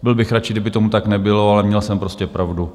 Byl bych radši, kdyby tomu tak nebylo, ale měl jsem prostě pravdu.